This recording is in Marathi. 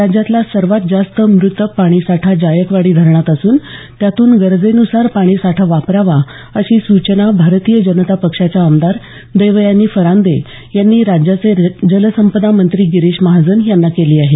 राज्यातला सर्वात जास्त म्रत पाणीसाठा जायकवाडी धरणात असून त्यातून गरजेन्सार पाणीसाठा वापरावा अशी सूचना भारतीय जनता पक्षाच्या आमदार देवयानी फरांदे यांनी राज्याचे जलसंपदा मंत्री गिरीश महाजन यांना केली आहे